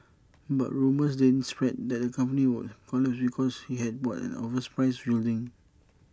but rumours then spread that the company would collapse because he had bought an overpriced building